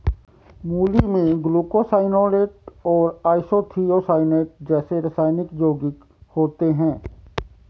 मूली में ग्लूकोसाइनोलेट और आइसोथियोसाइनेट जैसे रासायनिक यौगिक होते है